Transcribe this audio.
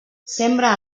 sembra